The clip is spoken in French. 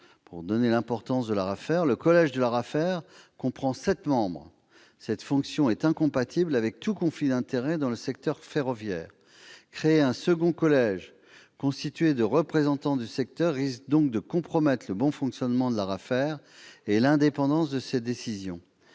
en toute indépendance. Le collège de l'ARAFER comprend actuellement sept membres dont la fonction est incompatible avec tout conflit d'intérêts dans le secteur ferroviaire. Créer un second collège constitué de représentants du secteur risque donc de compromettre le bon fonctionnement de l'ARAFER et l'indépendance de ses décisions,